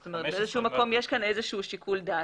15. זאת אומרת, באיזשהו מקום יש כאן שיקול דעת.